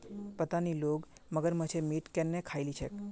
पता नी लोग मगरमच्छेर मीट केन न खइ ली छेक